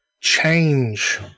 change